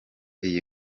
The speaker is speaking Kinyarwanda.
iyi